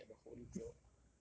if I don't get the holy grail